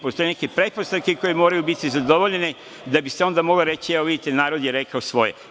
Postoje neke pretpostavke koje moraju biti zadovoljene da bi se onda moglo reći – evo, vidite, narod je rekao svoje.